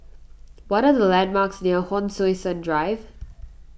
what are the landmarks near Hon Sui Sen Drive